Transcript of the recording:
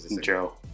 Joe